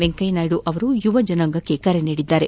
ವೆಂಕಯ್ನಾಯ್ತು ಯುವಜನಾಂಗಕ್ಕೆ ಕರೆ ನೀಡಿದ್ದಾರೆ